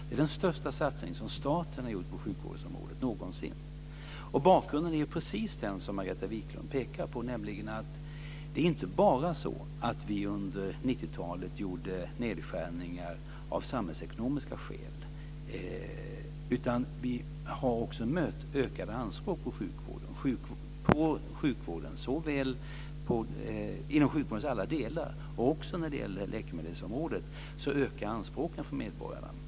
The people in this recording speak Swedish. Det är den största satsning som staten någonsin har gjort på sjukvårdsområdet. Bakgrunden är precis den som Margareta Viklund pekar på. Det är inte bara så att vi under 90-talet gjorde nedskärningar av samhällsekonomiska skäl. Vi har också mött ökade anspråk på sjukvården, inom sjukvårdens alla delar. Också inom läkemedelsområdet ökar anspråken från medborgarna.